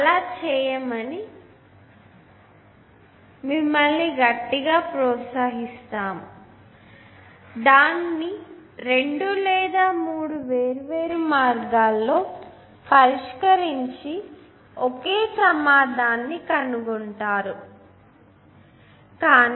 అలా చేయమని మిమ్మల్ని గట్టిగా ప్రోత్సహిస్తాను మరియు దాన్ని రెండు లేదా మూడు వేర్వేరు మార్గాల్లో పరిష్కరించి ఒకే సమాదానాన్ని కనుగొంటారు సమాధానాలపై చాలా నమ్మకం ఉంటుంది